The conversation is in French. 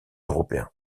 européen